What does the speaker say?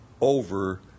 over